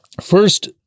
First